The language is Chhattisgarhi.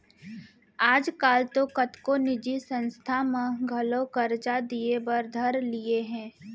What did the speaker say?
आज काल तो कतको निजी संस्था मन घलौ करजा दिये बर धर लिये हें